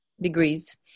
degrees